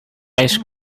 ice